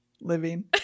living